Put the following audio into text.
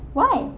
why